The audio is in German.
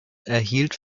erhielt